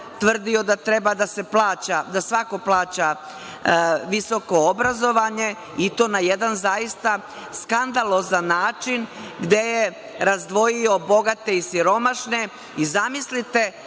tvrdio da svako plaća visoko obrazovanje i to na jedan zaista skandalozan način gde je razdvojio bogate i siromašne i zamislite